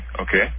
okay